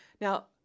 Now